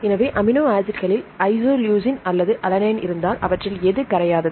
எனவே அமினோ ஆசிட்களில் ஐசோலூசின் அல்லது அலனைன் இருந்தால் அவற்றில் எது கரையாதது